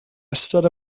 ystod